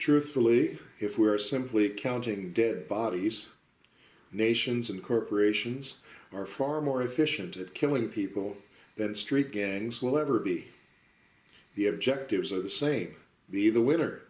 truthfully if we are simply counting dead bodies nations and corporations are far more efficient at killing people than street gangs will ever be the objectives are the same be the winner